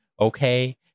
okay